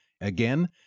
Again